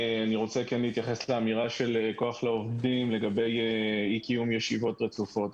אני רוצה להתייחס לאמירה של כוח לעובדים לגבי אי קיום ישיבות רצופות.